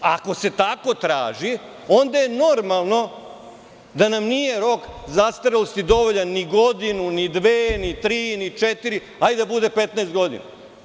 Ako se tako traži, onda je normalno da nam nije rok zastarelosti dovoljan ni godinu, ni dve, ni tri, ni četiri, hajde da bude 15 godina.